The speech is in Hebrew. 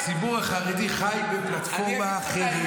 הציבור החרדי חי בפלטפורמה אחרת.